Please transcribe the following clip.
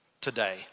today